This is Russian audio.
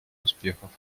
успехов